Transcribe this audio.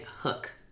hook